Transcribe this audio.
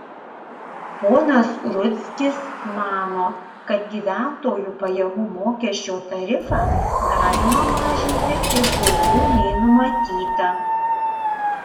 ponas rudzkis mano kad gyventojų pajamų mokesčio tarifą galima mažinti ir daugiau nei numatyta